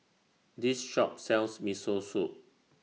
This Shop sells Miso Soup